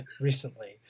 recently